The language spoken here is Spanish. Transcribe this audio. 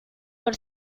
por